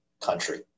country